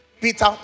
Peter